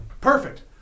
perfect